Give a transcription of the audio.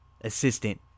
Assistant